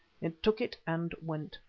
it took it and went.